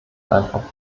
einfach